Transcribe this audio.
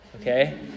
okay